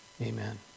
Amen